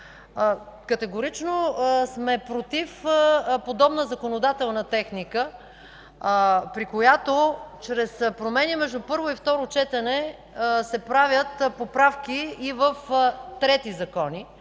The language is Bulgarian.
Категорично сме против подобна законодателна техника, при която чрез промени между първо и второ четене се правят поправки и в трети закони,